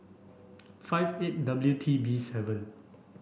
five eight W T B seven